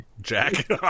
Jack